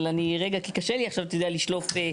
אבל אני, רגע, כי קשה לי עכשיו, אתה יודע, לשלוף.